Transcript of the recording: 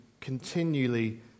continually